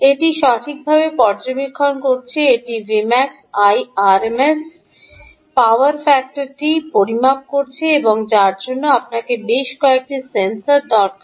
এটি সঠিকভাবে পর্যবেক্ষণ করছে এটি Vrms Irms পাওয়ার ফ্যাক্টরটি পরিমাপ করছে এবং যার জন্য আপনাকে বেশ কয়েকটি সেন্সর দরকার